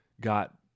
got